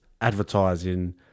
advertising